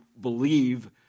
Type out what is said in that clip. believe